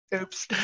oops